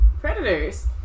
predators